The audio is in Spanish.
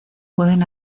pueden